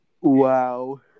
Wow